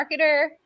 Marketer